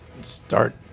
Start